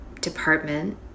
department